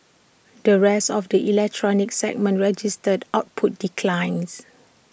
the rest of the electronics segments registered output declines